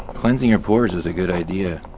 cleansing your pores is a good idea.